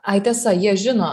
ai tiesa jie žino